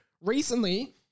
Recently